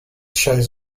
shows